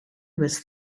was